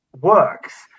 works